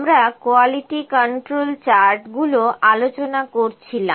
আমরা quality control chart গুলো আলোচনা করছিলাম